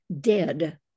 dead